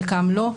חלקם לא,